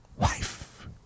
wife